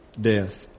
death